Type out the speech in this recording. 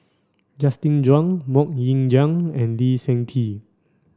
Justin Zhuang Mok Ying Jang and Lee Seng Tee